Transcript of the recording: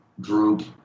group